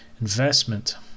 investment